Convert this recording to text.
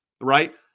right